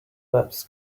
maps